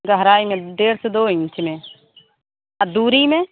गहराई में डेढ़ से दो इंच में और दूरी में